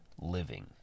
living